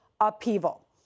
upheaval